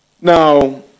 Now